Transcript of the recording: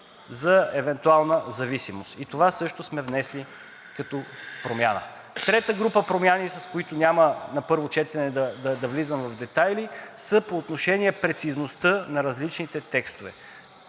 за евентуална зависимост. И това също сме внесли като промяна. Трета група промени, с които няма на първо четене да влизам в детайли, са по отношение прецизността на различните текстове.